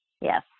yes